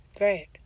Right